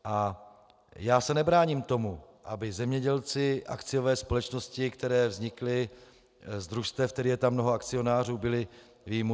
A já se nebráním tomu, aby zemědělci akciové společnosti, které vznikly z družstev, tedy je tam mnoho akcionářů, byly vyjmuty.